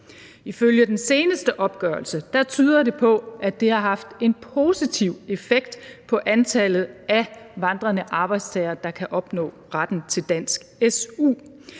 Ifølge den seneste opgørelse tyder det på, at det har haft en positiv effekt på antallet af vandrende arbejdstagere, der kan opnå retten til dansk su.